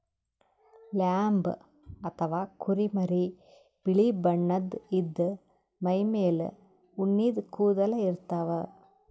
lamb ಅಥವಾ ಕುರಿಮರಿ ಬಿಳಿ ಬಣ್ಣದ್ ಇದ್ದ್ ಮೈಮೇಲ್ ಉಣ್ಣಿದ್ ಕೂದಲ ಇರ್ತವ್